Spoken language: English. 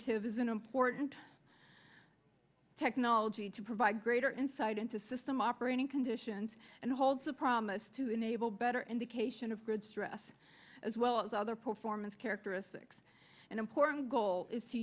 is an important technology to provide greater insight into system operating conditions and holds a promise to enable better indication of good stress as well as other performance characteristics an important goal is to